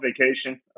vacation